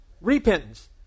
repentance